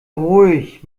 ruhig